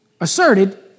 asserted